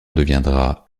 deviendra